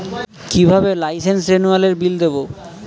কিভাবে লাইসেন্স রেনুয়ালের বিল দেবো?